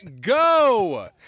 go